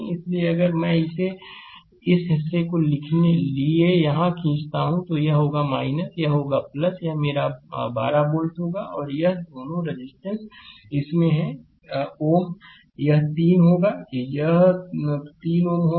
इसलिए अगर मैं इसे इस हिस्से के लिए यहां खींचता हूं तो यह होगा यह होगा यह मेरा 12 वोल्ट होगा और यह रेजिस्टेंस इस में है Ω यह 3 होगा will यह 3 it होगा